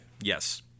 Yes